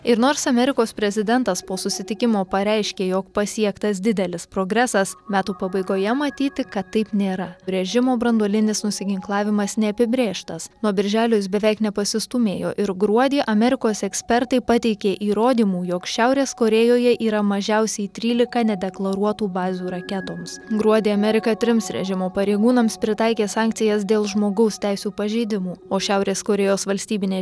ir nors amerikos prezidentas po susitikimo pareiškė jog pasiektas didelis progresas metų pabaigoje matyti kad taip nėra režimo branduolinis nusiginklavimas neapibrėžtas nuo birželio jis beveik nepasistūmėjo ir gruodį amerikos ekspertai pateikė įrodymų jog šiaurės korėjoje yra mažiausiai trylika nedeklaruotų bazių raketoms gruodį amerika trims režimo pareigūnams pritaikė sankcijas dėl žmogaus teisių pažeidimų o šiaurės korėjos valstybinė